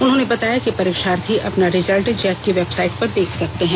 उन्होंने बताया कि परीक्षार्थी अपना रिजल्ट जैक की वेबसाइट पर देख सकते हैं